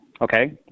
Okay